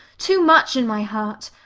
too much in my heart.